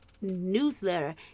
newsletter